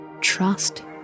Trust